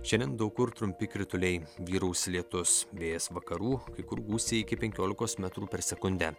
šiandien daug kur trumpi krituliai vyraus lietus vėjas vakarų kai kur gūsiai iki penkiolikos metrų per sekundę